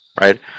right